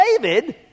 David